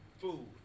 food